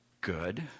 good